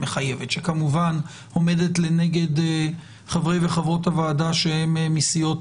שכמובן עומדת לנגד חברי וחברות הוועדה שהם מסיעות